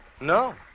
No